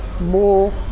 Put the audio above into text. more